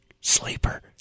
sleeper